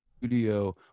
studio